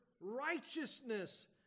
righteousness